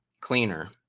cleaner